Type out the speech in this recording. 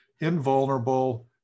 invulnerable